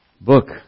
book